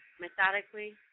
methodically